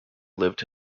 lived